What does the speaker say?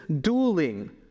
dueling